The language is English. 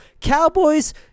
Cowboys